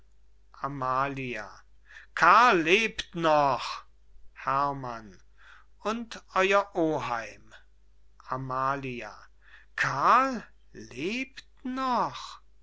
amalia karl lebt noch herrmann und euer oheim amalia karl lebt noch